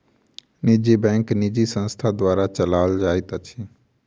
निजी बैंक निजी संस्था द्वारा चलौल जाइत अछि